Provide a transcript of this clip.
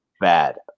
bad